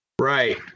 Right